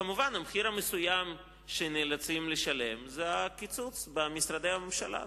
כמובן המחיר המסוים שנאלצים לשלם זה הקיצוץ במשרדי הממשלה.